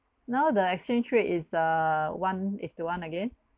now the exchange rate is err one is to one again